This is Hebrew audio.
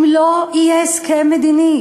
אם לא יהיה הסכם מדיני,